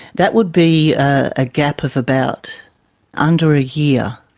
that would be a gap of about under a year.